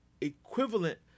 equivalent